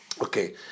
Okay